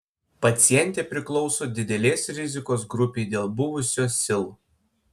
pacientė priklauso didelės rizikos grupei dėl buvusio sil